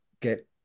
get